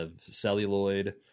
celluloid